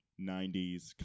90s